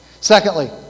Secondly